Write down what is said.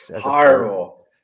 horrible